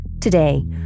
Today